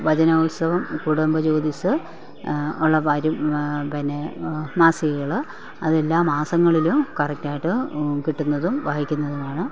വചനോത്സവം കുടുംബ ജ്യോതിസ് അല്ല വരും പിന്നെ മാസികകള് അതെല്ലാ മാസങ്ങളിലും കറക്റ്റായിട്ട് കിട്ടുന്നതും വായിക്കുന്നതുമാണ്